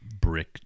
brick